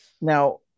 now